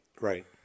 Right